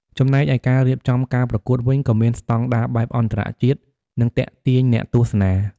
ចំណែកឯការរៀបចំការប្រកួតវិញក៏មានស្តង់ដារបែបអន្តរជាតិ និងទាក់ទាញអ្នកទស្សនា។